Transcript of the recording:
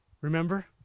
remember